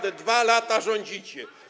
2 lata rządzicie.